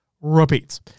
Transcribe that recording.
repeats